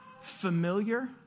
familiar